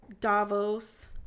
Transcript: Davos